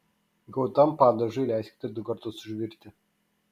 gautam padažui leiskite du kartus užvirti